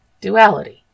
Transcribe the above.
duality